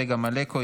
צגה מלקו,